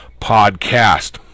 podcast